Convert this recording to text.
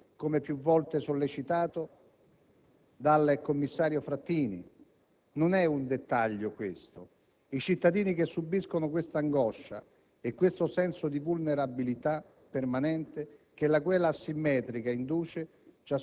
Il problema però è serio, perché riguarda anche la sicurezza del nostro Paese. Anche in questo campo cosa intende fare il Governo? Questa è la domanda che noi le poniamo, signor vice ministro. Vuole proseguire con la politica delle